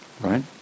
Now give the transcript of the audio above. Right